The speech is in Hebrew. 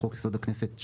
בחוק-יסוד: הכנסת,